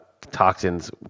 toxins